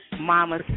Mama